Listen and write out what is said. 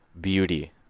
beauty